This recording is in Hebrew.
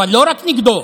אבל לא רק נגדו,